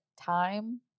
time